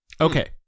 Okay